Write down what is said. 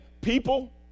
people